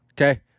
Okay